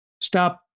stop